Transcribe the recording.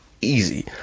easy